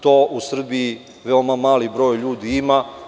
To u Srbiji veoma mali broj ljudi ima.